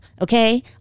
okay